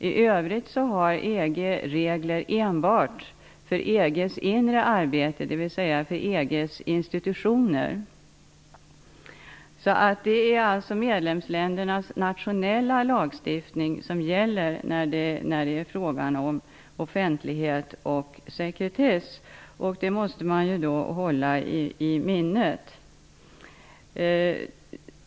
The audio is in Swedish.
I övrigt har EG regler enbart för EG:s inre arbete, dvs. för EG:s institutioner. Det är alltså medlemsländernas nationella lagstiftning som gäller när det är fråga om offentlighet och sekretess. Det måste man hålla i minnet.